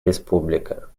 республика